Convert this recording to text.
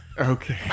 Okay